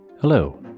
Hello